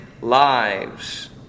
lives